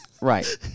Right